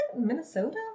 Minnesota